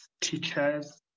teachers